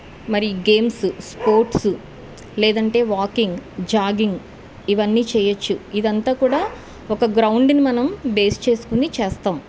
మరి games sports లేదంటే walking jogging ఇవన్నీ చేయవచ్చు ఇదంతా కూడా ఒక గ్రౌండ్ని మనం బేస్ చేసుకుని చేస్తాం